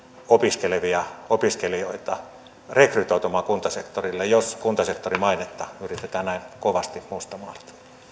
opiskelevia opiskelijoita rekrytoitumaan kuntasektorille jos kuntasektorin mainetta yritetään näin kovasti mustamaalata